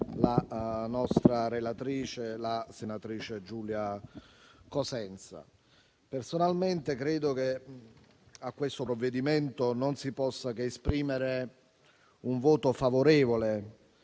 la nostra relatrice, la senatrice Giulia Cosenza. Personalmente credo che a questo provvedimento non si possa che esprimere un voto favorevole